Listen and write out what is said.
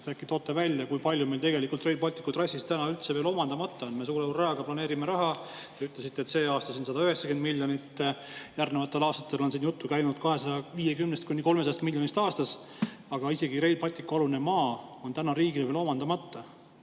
te äkki toote välja, kui palju meil tegelikult Rail Balticu trassist üldse veel omandamata on? Me suure hurraaga planeerime raha. Te ütlesite, et see aasta 190 miljonit, järgnevate aastate kohta on jutt käinud 250–300 miljonist aastas. Aga isegi Rail Balticu alune maa on riigil veel omandamata.